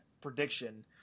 prediction